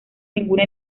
ninguna